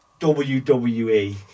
WWE